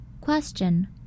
Question